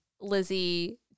Lizzie